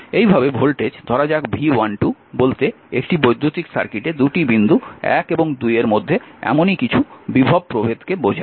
এইভাবে ভোল্টেজ ধরা যাক V12 বলতে একটি বৈদ্যুতিক সার্কিটে 2টি বিন্দু 1 এবং 2 এর মধ্যে এমনই কিছু বিভব প্রভেদকে বোঝায়